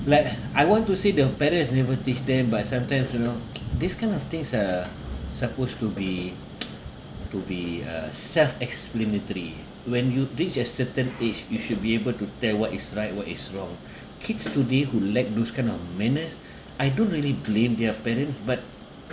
like I want to say the parents never teach them by sometimes you know this kind of things are supposed to be to be uh self explanatory when you reach a certain age you should be able to tell what is right what is wrong kids today who lacked those kind of manners I don't really blame their parents but